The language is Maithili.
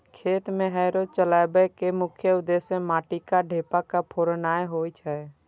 खेत मे हैरो चलबै के मुख्य उद्देश्य माटिक ढेपा के फोड़नाय होइ छै